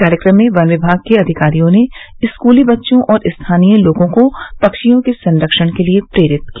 कार्यक्रम में वन विमाग के अधिकारियों ने स्कूली बच्चों और स्थानीय लोगों को पक्षियों के संरक्षण के लिए प्रेरित किया